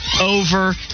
over